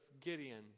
Gideon